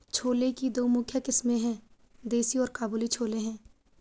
छोले की दो मुख्य किस्में है, देसी और काबुली छोले हैं